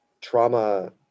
trauma